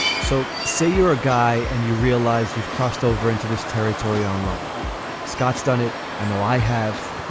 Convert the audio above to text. so say you're a guy and you realize you've crossed over into this territory online scott's done it. i know i have.